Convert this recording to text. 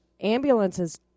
ambulances